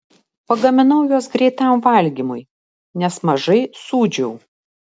pagaminau juos greitam valgymui nes mažai sūdžiau